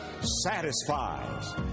satisfies